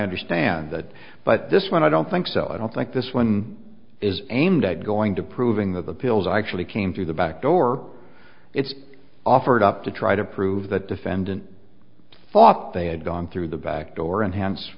understand that but this one i don't think so i don't think this one is aimed at going to proving that the pills actually came through the back door it's offered up to try to prove that defendant thought they had gone through the backdoor and hence